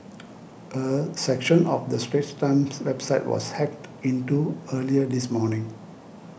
a section of the Straits Times website was hacked into earlier this morning